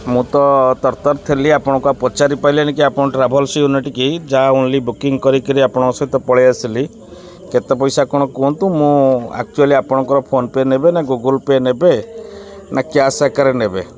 ମୁଁ ତ ତରତର ଥିଲି ଆପଣଙ୍କୁ ପଚାରି ପାରିଲିନି କି ଆପଣ ଟ୍ରାଭେଲସ୍ ୟୁନିଟ୍ କି ଯାହା ଓନ୍ଲି ବୁକିଂ କରିକିରି ଆପଣଙ୍କ ସହିତ ପଳେଇଆସିଲି କେତେ ପଇସା କ'ଣ କୁହନ୍ତୁ ମୁଁ ଆକ୍ଚୁଆଲି ଆପଣଙ୍କର ଫୋନ୍ ପେ' ନେବେ ନା ଗୁଗୁଲ ପେ' ନେବେ ନା କ୍ୟାସ୍ ଆକାରରେ ନେବେ